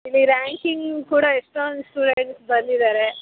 ಇಲ್ಲಿ ರಾಂಕಿಂಗ್ ಕೂಡ ಎಷ್ಟೊಂದು ಸ್ಟೂಡೆಂಟ್ಸ್ ಬಂದಿದ್ದಾರೆ